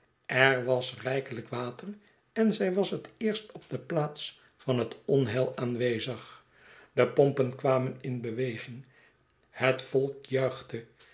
er was rijkelijk water en zij was het eerst op de plaats van het onheil aanwezig de pompen kwamen in beweging het